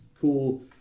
cool